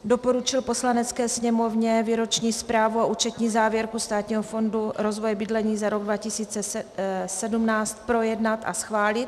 Doporučil Poslanecké sněmovně Výroční zprávu a účetní závěrku Státního fondu rozvoje bydlení za rok 2017 projednat a schválit.